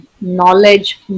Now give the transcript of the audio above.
knowledge